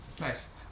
Nice